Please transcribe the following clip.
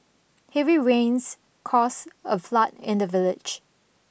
heavy rains caused a flood in the village